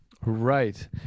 Right